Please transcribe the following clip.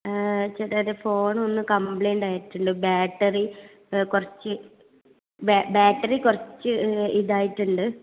ചേട്ടാ എൻ്റെ ഫോൺ ഒന്ന് കംപ്ലയിൻ്റ് ആയിട്ടുണ്ട് ബാറ്ററി കുറച്ച് ബാറ്ററി കുറച്ച് ഇതായിട്ടുണ്ട്